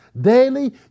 daily